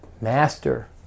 Master